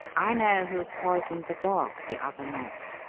i know who poisoned the dog the other night.